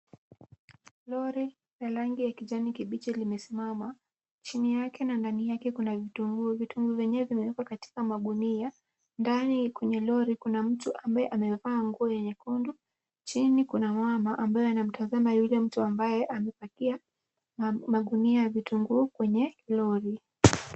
Lori la rangi ya kijani kibichi limesimama. Chini yake na ndani yake kuna vitunguu, vitunguu zenyewe zimewekwa katika magunia. Ndani kwenye lori kuna mtu ambaye amevaa nguo ya nyekundu ,chini kuna mama ambaye anamtazama yule mtu ambaye amepakia magunia ya vitunguu kwenye lori.